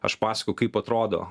aš paskojau kaip atrodo